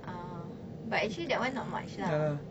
ah but actually that [one] not much lah